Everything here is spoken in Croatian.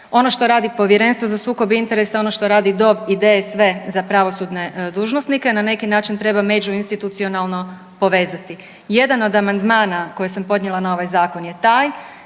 Ono što radi Povjerenstvo za sukob interesa, ono što radi …/Govornik se ne razumije/…i DSV za pravosudne dužnosnike na neki način treba međuinstitucionalno povezati. Jedan od amandmana koji sam podnijela na ovaj zakon je taj